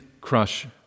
crush